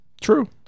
True